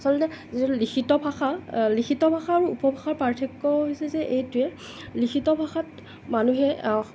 আচলতে যিটো লিখিত ভাষা লিখিত ভাষা আৰু উপভাষাৰ পাৰ্থক্য হৈছে যে এইটোৱেই লিখিত ভাষাত মানুহে